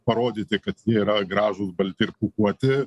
parodyti kad jie yra gražūs balti ir pūkuoti